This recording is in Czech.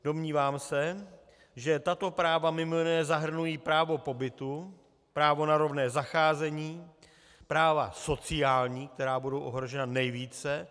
Domnívám se, že tato práva mimo jiné zahrnují právo pobytu, právo na rovné zacházení, práva sociální, která budou ohrožena nejvíce.